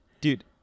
dude